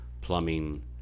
plumbing